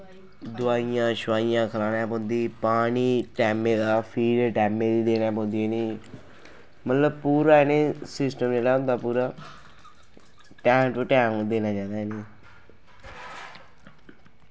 दवाइयां शवाइयां खलानै पौंदी पानी टैमें दा फीड टैमें दी देना पौंदी इ'नें ई मतलब पूरा इ'नें ई सिस्टम जेह्ड़ा होंदा टैम टू टैम देना चाहिदा इ'नें गी